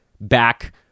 back